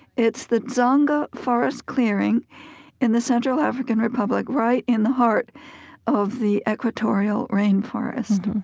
it's the dzanga forest clearing in the central african republic, right in the heart of the equatorial rain forest.